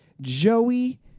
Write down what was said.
Joey